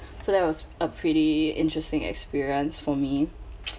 so that was a pretty interesting experience for me